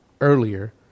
earlier